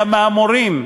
אלא מהמורים,